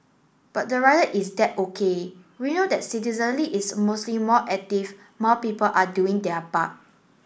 but the rider is that O K we know that citizenry is mostly more active more people are doing their part